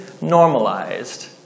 normalized